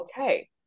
okay